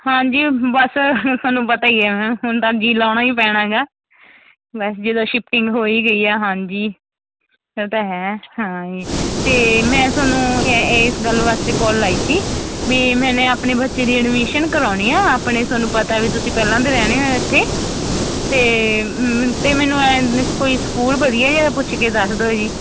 ਹਾਂਜੀ ਬਸ ਤੁਹਾਨੂੰ ਪਤਾ ਹੀ ਹੈ ਮੈਮ ਹੁਣ ਤਾਂ ਜੀ ਲਾਉਣਾ ਹੀ ਪੈਣਾ ਗਾ ਮੈਂ ਜਦੋਂ ਸ਼ਿਫਟਿੰਗ ਹੋ ਹੀ ਗਈ ਆ ਹਾਂਜੀ ਇਹ ਤਾਂ ਹੈ ਹਾਂਜੀ ਅਤੇ ਮੈਂ ਤੁਹਾਨੂੰ ਇਸ ਗੱਲ ਵਾਸਤੇ ਕਾਲ ਲਾਈ ਸੀ ਬੀ ਮੈਨੇ ਆਪਣੇ ਬੱਚੇ ਦੀ ਐਡਮਿਸ਼ਨ ਕਰਵਾਉਣੀ ਆ ਆਪਣੇ ਤੁਹਾਨੂੰ ਪਤਾ ਵੀ ਤੁਸੀਂ ਪਹਿਲਾਂ ਦੇ ਰਹਿੰਦੇ ਹੋ ਇੱਥੇ ਅਤੇ ਅਤੇ ਮੈਨੂੰ ਐਂ ਕੋਈ ਸਕੂਲ ਵਧੀਆ ਜਿਹਾ ਪੁੱਛ ਕੇ ਦੱਸ ਦਿਉ ਜੀ